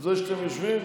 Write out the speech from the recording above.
מזה שאתם יושבים?